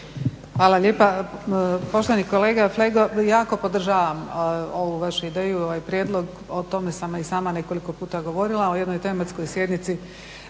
Hvala lijepa. Poštovani kolega Flego jako podržavam ovu vašu ideju i ovaj prijedlog. O tome sam i sama nekoliko puta govorila o jednoj tematskoj sjednici